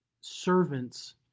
servants